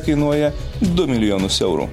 kainuoja du milijonus eurų